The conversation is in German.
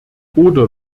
oder